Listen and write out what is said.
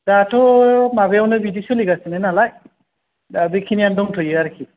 दाथ' माबायावनो बिदि सोलिगासिनो नालाय दा बेखिनियानो दंथ'यो आरोखि